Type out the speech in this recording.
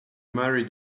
married